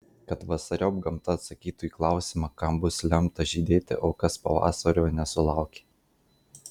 kad pavasariop gamta atsakytų į klausimą kam bus lemta žydėti o kas pavasario nesulaukė